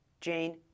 Jane